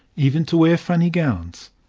even to wear funny gowns.